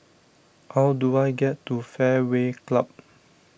how do I get to Fairway Club